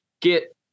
get